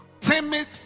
timid